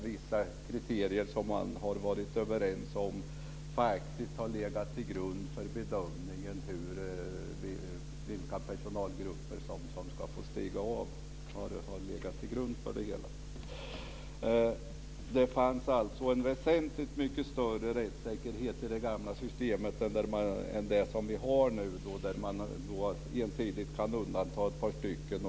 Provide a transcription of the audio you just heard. Vissa kriterier som man varit överens om har då legat till grund för bedömningen av vilka personalgrupper som ska få stiga av. Det var alltså en väsentligt mycket större rättssäkerhet med det gamla systemet jämfört med det som vi nu har där man ensidigt kan undanta ett par personer.